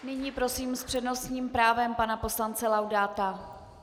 Nyní prosím s přednostním právem pana poslance Laudáta.